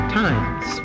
times